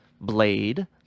Blade